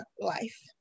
life